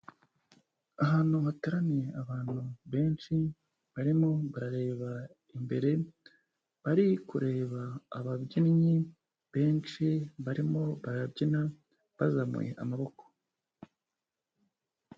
Ahantu hateraniye abantu benshi, barimo bareba imbere, bari kureba ababyinnyi benshi barimo barabyina bazamuye amaboko.